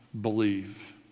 believe